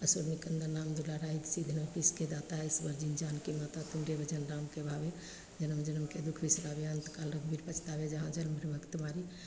असुर निकन्दन राम दुलारे अष्ट सिद्धि नौ निधि के दाता अस बर दीन्ह जानकी माता तुम्हरे भजन राम को पावें जनम जनम के दुख बिसरावें अन्त काल रघुबर पुर जाई जहाँ जन्म हरि भक्त कहाई